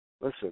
listen